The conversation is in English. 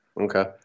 okay